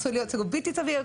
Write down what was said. עשוי להיות סירוב בלתי סביר.